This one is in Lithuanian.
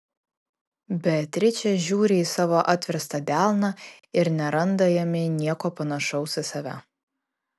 beatričė žiūri į savo atverstą delną ir neranda jame nieko panašaus į save